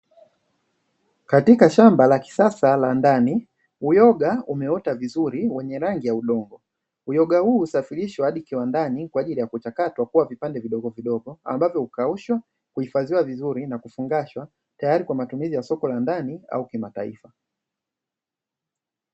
Bwawa kubwa la kufugia samaki wenye afya nzuri likiwa na maji masafi yalio jaa hadi juu huku samaki aina ya kambale wakiogelea kwa utulivu. Wakifurahia mazingira safi na salama mpangilio mzuri wa bwawa hili unaonesha uwekezaji na juhudi kubwa katika kuhakikisha ufugaji wa samaki unazalishwa kwa tija